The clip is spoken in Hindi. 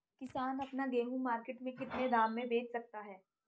किसान अपना गेहूँ मार्केट में कितने दाम में बेच सकता है?